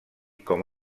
com